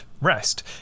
rest